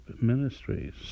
ministries